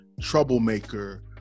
troublemaker